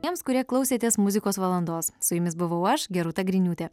tiems kurie klausėtės muzikos valandos su jumis buvau aš gerūta griniūtė